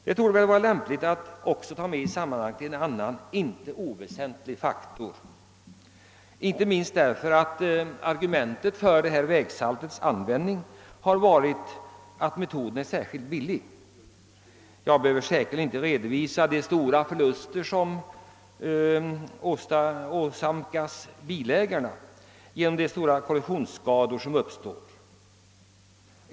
Det torde också vara lämpligt att i sammanhanget ta med en annan icke oväsentlig faktor, inte minst därför att argumentet för vägsaltets användning har varit att metoden är särskilt billig. Jag behöver säkerligen inte redovisa de stora förluster som åsamkas bilägarna genom de. stora korrosionsskador som uppstår.